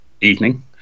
evening